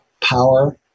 power